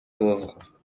pauvres